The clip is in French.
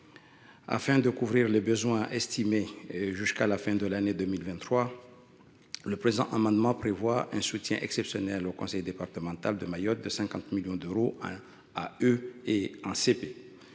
Afin de couvrir les besoins estimés jusqu’à la fin de l’année 2023, le présent amendement vise à accorder un soutien exceptionnel au conseil départemental de Mayotte de 50 millions d’euros en